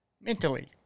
mentally